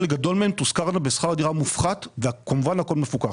חלק גדול מהן תושכרנה בשכר דירה מופחת וכמובן הכל מפוקח.